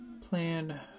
Plan